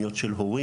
פניות של הורים,